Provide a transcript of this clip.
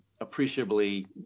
appreciably